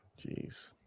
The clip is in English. Jeez